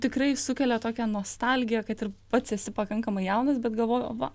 tikrai sukelia tokią nostalgiją kad ir pats esi pakankamai jaunas bet galvoju va